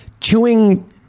chewing